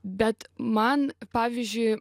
bet man pavyzdžiui